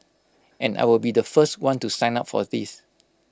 and I will be the first one to sign up for these